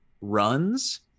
runs